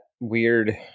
weird